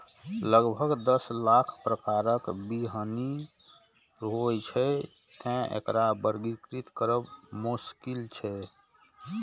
लगभग दस लाख प्रकारक बीहनि होइ छै, तें एकरा वर्गीकृत करब मोश्किल छै